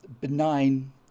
benign